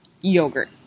yogurt